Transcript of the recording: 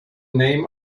name